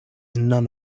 none